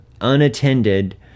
unattended